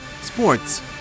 sports